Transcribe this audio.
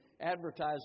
Advertising